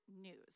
news